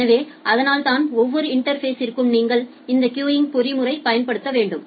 எனவே அதனால்தான் ஒவ்வொரு இன்டா்ஃபேஸ்ற்கும் நீங்கள் இந்த கியூவிங் பொறிமுறை பயன்படுத்த வேண்டும்